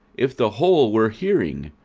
if the whole were hearing,